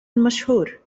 مشهور